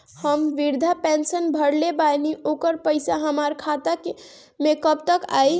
हम विर्धा पैंसैन भरले बानी ओकर पईसा हमार खाता मे कब तक आई?